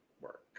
Work